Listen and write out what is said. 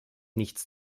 nichts